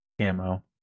camo